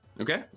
okay